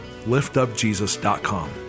liftupjesus.com